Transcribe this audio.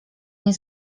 nie